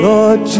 Lord